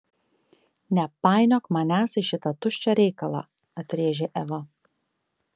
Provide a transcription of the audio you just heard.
nepainiok manęs į šitą tuščią reikalą atrėžė eva